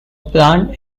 planned